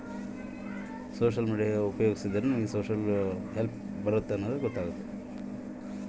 Social help ನನಗೆ ಬರುತ್ತೆ ಅಂತ ನನಗೆ ಹೆಂಗ ಗೊತ್ತಾಗುತ್ತೆ?